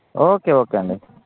okay okay అండి